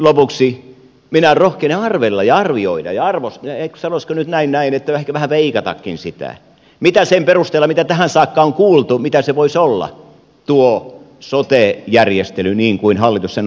lopuksi minä rohkenen arvella ja arvioida sanoisiko näin että vähän veikatakin sitä mitä sen perusteella mitä tähän saakka on kuultu voisi olla tuo sote järjestely niin kuin hallitus on sen ajatellut